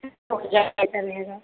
वह ज़्यादा चलेगा